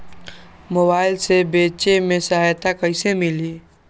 Mobile से बेचे में सहायता कईसे मिली?